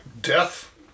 death